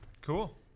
Cool